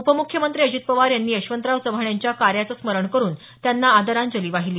उपमुख्यमंत्री अजित पवार यांनी यशवंतराव चव्हाण यांच्या कार्याचं स्मरण करुन त्यांना आदराजली वाहिली